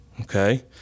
okay